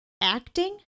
acting